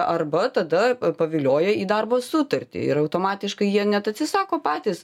arba tada pavilioja į darbo sutartį ir automatiškai jie net atsisako patys